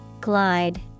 Glide